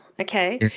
Okay